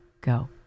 Go